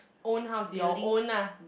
own house your own lah